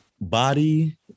body